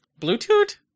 Bluetooth